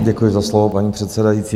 Děkuji za slovo, paní předsedající.